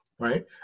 right